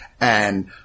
And-